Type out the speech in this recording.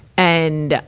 and,